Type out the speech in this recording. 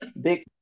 big